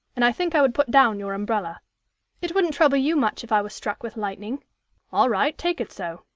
and i think i would put down your umbrella it wouldn't trouble you much if i were struck with lightning all right, take it so.